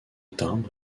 timbre